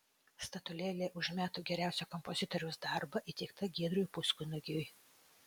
statulėlė už metų geriausią kompozitoriaus darbą įteikta giedriui puskunigiui